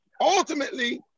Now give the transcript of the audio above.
Ultimately